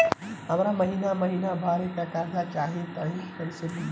हमरा महिना महीना भरे वाला कर्जा चाही त कईसे मिली?